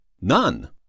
none